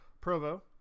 Provo